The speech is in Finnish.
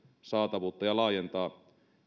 saatavuutta ja laajentaa